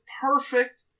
perfect